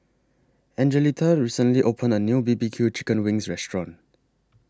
Angelita recently opened A New B B Q Chicken Wings Restaurant